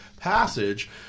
passage